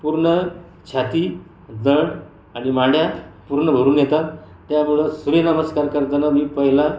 पूर्ण छाती धड आणि मांड्या पूर्ण भरून येतात त्यामुळं सूर्यनमस्कार करताना मी पहिला